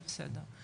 בסדר.